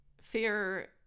fear